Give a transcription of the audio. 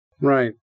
Right